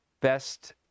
best